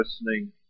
listening